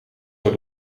door